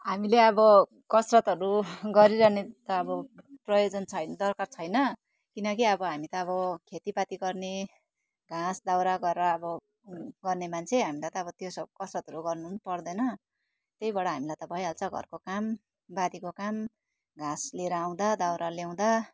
हामीले अब कसरतहरू गरिरहने त अब प्रयोजन छैन दरकार छैन किनकि अब हामी त अब खेतीपाती गर्ने घाँस दाउरा गरेर अब गर्ने मान्छे हामीलाई त अब त्यसो कसरतहरू गर्नुपर्दैन त्यही भएर हामीलाई त भइहाल्छ घरको काम बारीको काम घाँस लिएर आउँदा दाउरा ल्याउँदा